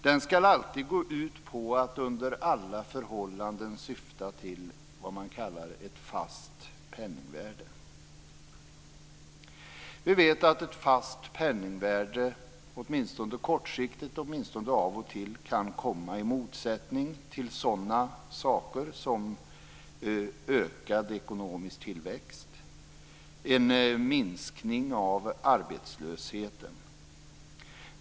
Den skall alltid gå ut på att under alla förhållanden syfta till vad man kallar ett fast penningvärde. Vi vet att ett fast penningvärde - åtminstone kortsiktigt och åtminstone av och till - kan komma i motsättning till sådana saker som en ökad ekonomisk tillväxt och en minskning av arbetslösheten.